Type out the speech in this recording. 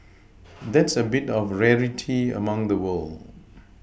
that's a bit of a rarity among the world